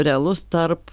realus tarp